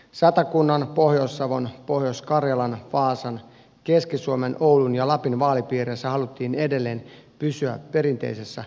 satakunnan pohjois savon pohjois karjalan vaasan keski suomen oulun ja lapin vaalipiireissä haluttiin edelleen pysyä perinteisessä avioliittokäsityksessä